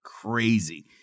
crazy